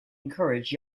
encourage